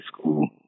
school